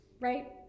right